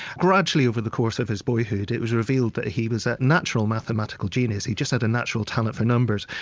gradually, over the course of his boyhood, it was revealed that he was a natural mathematical genius, he just had a natural talent for numbers.